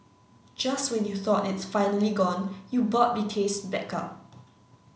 just when you thought it's finally gone you burp the taste back up